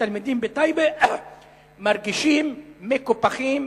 התלמידים בטייבה מרגישים מקופחים,